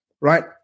right